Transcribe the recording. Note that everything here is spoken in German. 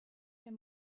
mehr